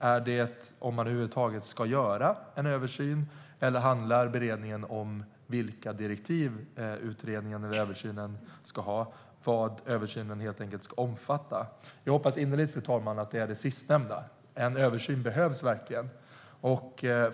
Är det om man över huvud taget ska göra en översyn? Eller handlar beredningen om vilka direktiv utredningen eller översynen ska ha, alltså helt enkelt vad översynen ska omfatta? Jag hoppas innerligt, fru talman, att det är det sistnämnda. En översyn behövs verkligen.